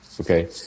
okay